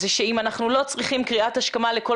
זה שאם אנחנו לא צריכים קריאת השכמה לכל